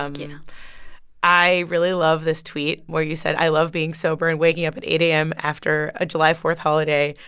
um yeah i really love this tweet where you said, i love being sober and waking up at eight a m. after a july four holiday.